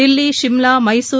Delhi Shimla Mysore